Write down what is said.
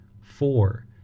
Four